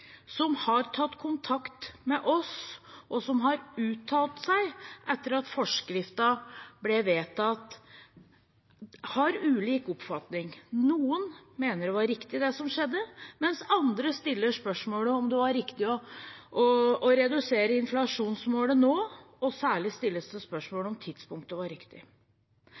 som har tatt kontakt med oss, og som har uttalt seg etter at forskriften ble vedtatt, har ulik oppfatning. Noen mener det var riktig det som skjedde, mens andre stiller spørsmålet om det var riktig å redusere inflasjonsmålet, og særlig stilles det spørsmål om tidspunktet var riktig.